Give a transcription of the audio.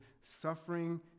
suffering